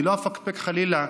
אני לא אפקפק, חלילה,